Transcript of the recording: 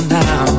now